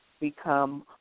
become